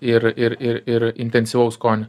ir ir ir ir intensyvaus skonio